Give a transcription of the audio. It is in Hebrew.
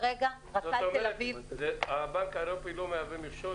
זאת אומרת שהבנק האירופי לא מהווה מכשול,